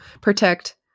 protect